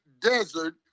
desert